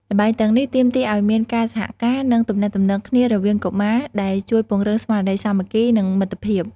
ល្បែងទាំងនេះទាមទារឱ្យមានការសហការ និងទំនាក់ទំនងគ្នារវាងកុមារ ដែលជួយពង្រឹងស្មារតីសាមគ្គី និងមិត្តភាព ។